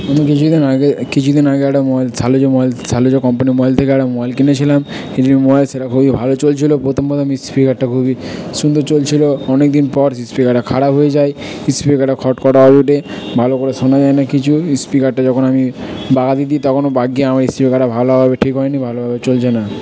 আমি কিছু দিন আগে কিছু দিন আগে একটা মোবাইল মোবাইল কোম্পানির মোবাইল থেকে একটা মোবাইল কিনেছিলাম সেটা খুবই ভালো চলছিলো প্রথম প্রথম স্পিকারটা খুবই সুন্দর চলছিল অনেক দিন পর স্পিকারটা খারাপ হয়ে যায় স্পিকারটা খট খট আওয়াজ ওঠে ভালো করে শোনা যায় না কিছুই স্পিকারটা যখন আমি দিই তখন ও বাগিয়ে আমি স্পিকারটা ভালো হবে ঠিক হয় নি ভালোভাবে চলছে না